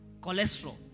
cholesterol